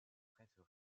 prêtres